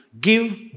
give